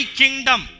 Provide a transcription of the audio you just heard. kingdom